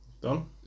Done